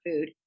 food